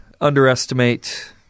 underestimate –